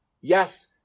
Yes